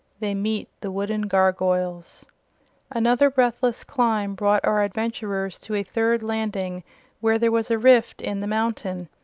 they meet the wooden gargoyles another breathless climb brought our adventurers to a third landing where there was a rift in the mountain.